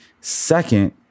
Second